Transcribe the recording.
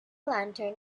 lantern